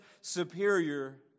superior